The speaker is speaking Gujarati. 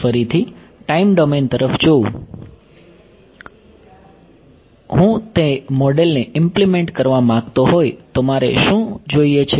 ફરીથી ટાઈમ ડોમેન તરફ જોવું જો હું તે મોડેલને ઈમ્પ્લીમેંટ કરવા માંગતો હોય તો મારે શું જોઈએ છે